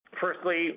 Firstly